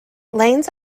lanes